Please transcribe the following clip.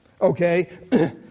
Okay